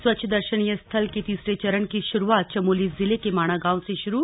स्वच्छ दशर्नीय स्थल के तीसरे चरण की शुरूआत चमोली जिले के माणा गांव से शुरू